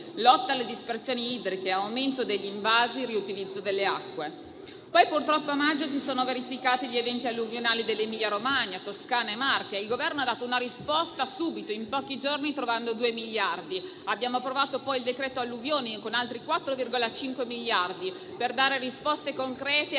lotta alle dispersioni idriche, aumento degli invasi e riutilizzo delle acque. Poi purtroppo a maggio si sono verificati gli eventi alluvionali in Emilia-Romagna, Toscana e Marche e il Governo ha dato una risposta subito, in pochi giorni, trovando 2 miliardi. Abbiamo approvato poi il decreto alluvioni, con altri 4,5 miliardi per dare risposte concrete a